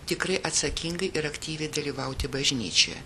tikrai atsakingai ir aktyviai dalyvauti bažnyčioje